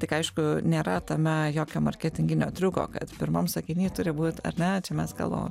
tik aišku nėra tame jokio marketinginio triuko kad pirmam sakiny turi būt ar ne čia mes kalbam